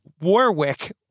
Warwick